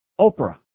Oprah